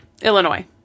illinois